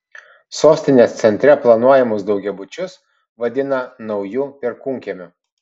sostinės centre planuojamus daugiabučius vadina nauju perkūnkiemiu